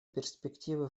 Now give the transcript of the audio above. перспективы